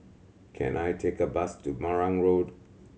can I take a bus to Marang Road